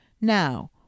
Now